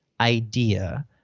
idea